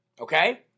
Okay